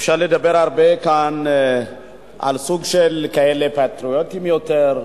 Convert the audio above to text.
אפשר לדבר כאן הרבה על סוג של פטריוטים יותר,